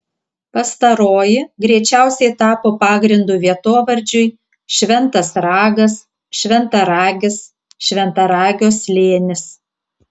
pastaroji greičiausiai tapo pagrindu vietovardžiui šventas ragas šventaragis šventaragio slėnis